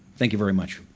thank you very much.